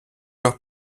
leurs